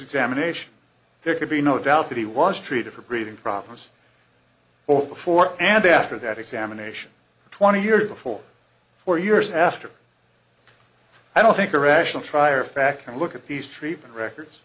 examination there could be no doubt that he was treated for breathing problems over before and after that examination twenty years before four years after i don't think a rational trier of fact can look at these treatment records